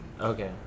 Okay